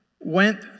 went